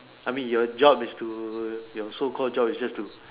I mean your job is to your so called job is just to